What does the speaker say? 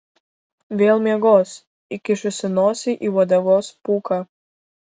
vėl miegos įkišusi nosį į uodegos pūką